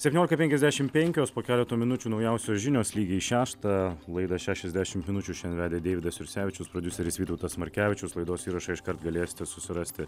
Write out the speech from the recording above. septyniolika penkiasdešimt penkios po keleto minučių naujausios žinios lygiai šeštą laida šešiasdešimt minučių šiandien vedė deividas jursevičius prodiuseris vytautas markevičius laidos įrašą iškart galėsite susirasti